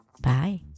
Bye